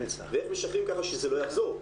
ואיך משחררים ככה שזה לא יחזור.